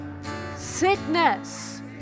sickness